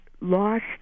lost